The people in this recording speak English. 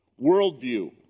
worldview